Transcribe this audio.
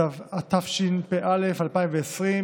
התשפ"א 2020,